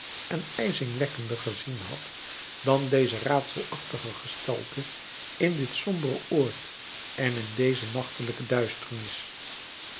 en ijzingwekkender gezien had dan deze raadselachtige gestalte in dit sombere oord en in deze nachtelijke duisternis